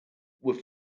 were